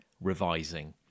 revising